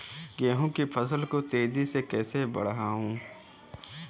गेहूँ की फसल को तेजी से कैसे बढ़ाऊँ?